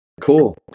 Cool